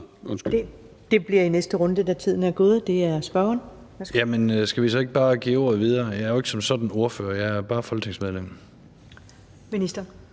Det bliver i næste runde, da tiden er gået. Det er spørgeren. Værsgo. Kl. 16:15 Troels Lund Poulsen (V): Skal vi så ikke bare give ordet videre? Jeg er jo ikke som sådan ordfører. Jeg er bare folketingsmedlem. Kl.